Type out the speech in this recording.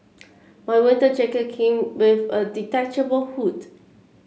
my winter jacket came with a detachable hood